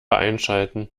einschalten